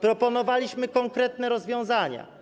Proponowaliśmy konkretne rozwiązania.